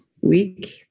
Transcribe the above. week